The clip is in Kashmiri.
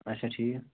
اَچھا ٹھیٖک